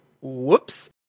whoops